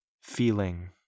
Feeling